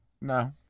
no